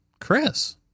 Chris